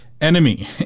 enemy